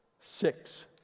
Six